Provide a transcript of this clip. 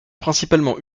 principalement